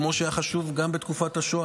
כמו שהיה חשוב גם בתקופת השואה,